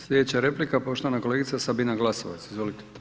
Slijedeća replika poštovana kolegica Sabina Glasovac, izvolite.